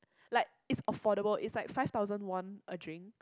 like is affordable it's like five thousand won a drink